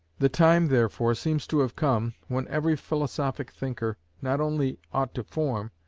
the time, therefore, seems to have come, when every philosophic thinker not only ought to form,